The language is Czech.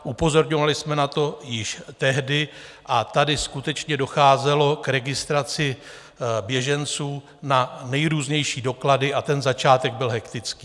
Upozorňovali jsme na to již tehdy a tady skutečně docházelo k registraci běženců na nejrůznější doklady, ten začátek byl hektický.